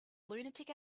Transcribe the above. lunatic